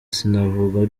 sinavuga